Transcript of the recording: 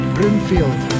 Broomfield